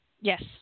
Yes